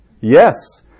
Yes